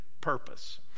purpose